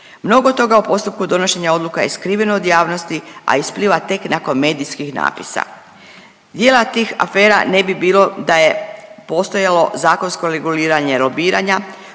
Mnogo toga o postupku donošenja odluka je skriveno od javnosti, a ispliva tek nakon medijskih natpisa. Dijela tih afera ne bi bilo da je postojalo zakonsko reguliranje lobiranja,